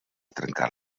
trencar